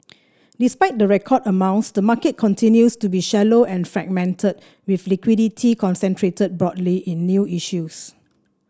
despite the record amounts the market continues to be shallow and fragmented with liquidity concentrated broadly in new issues